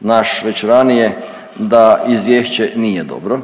naš već ranije da izvješće nije dobro.